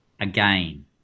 again